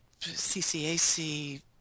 CCAC